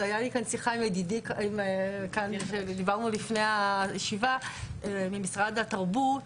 והיה לי כאן שיחה לפני הישיבה עם משרד התרבות,